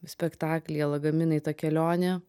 spektaklyje lagaminai ta kelionė